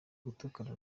gutukana